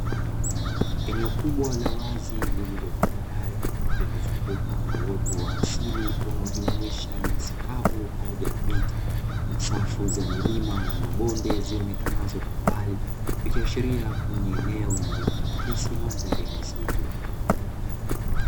Eneo kubwa la wazi lililotambarare lililozungukwa na uoto wa asili unaojumuisha nyasi kavu pamoja na miti na safu za milima na mabonde zionekanazo kwa mbali, ikiashiria kuwa ni eneo lenye kuakisi mandhari ya misitu.